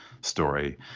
story